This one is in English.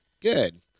good